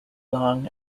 long